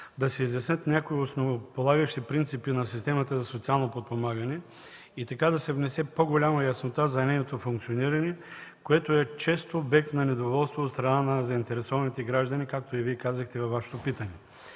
да се изяснят някои основополагащи принципи на системата за социално подпомагане и така да се внесе по-голяма яснота за нейното функциониране, което често е обект на недоволство от страна на заинтересованите граждани, както казахте и Вие във Вашето питане.